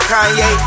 Kanye